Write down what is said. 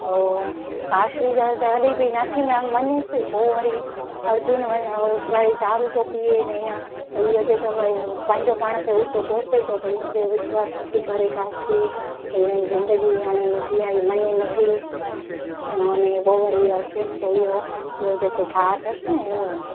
ओ काशवी तॾहिं बि नथी मञेसि पोइ वरी अर्जुन वरी दारू थो पीए इन ईअं भाई अ चए त भाई पांजो पाण खे हूअ थो कोसे थो भाई मुंहिंजो विश्वासु नथी करे काशवी पिण ज़िंदगी हाणे कीअं हीअ मञे नथी हुनजी पोइ वरी इहो अचेसि थो इहो इहो जेको भाउ अथसि न उहो